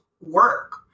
work